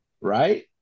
right